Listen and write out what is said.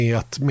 att